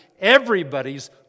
everybody's